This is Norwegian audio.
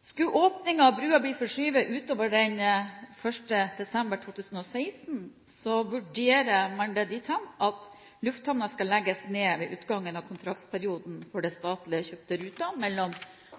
Skulle åpningen av brua bli forskjøvet ut over 1. desember 2016, vurderer man det dit hen at lufthavnen skal legges ned ved utgangen av kontraktsperioden for den statlige kjøpte ruten mellom